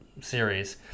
series